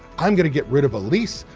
i'm going to get rid of a lease.